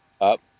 up